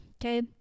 Okay